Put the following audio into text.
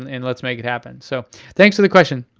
and let's make it happen. so thanks for the question.